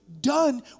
done